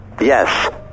Yes